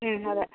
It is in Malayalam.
അതെ